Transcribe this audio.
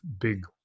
big